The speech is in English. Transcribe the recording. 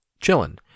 chilling